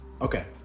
okay